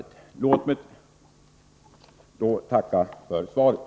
Låt mig återigen få tacka för svaret.